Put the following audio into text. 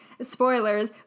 Spoilers